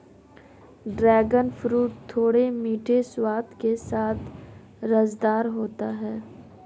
dragon fruit थोड़े मीठे स्वाद के साथ रसदार होता है